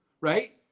right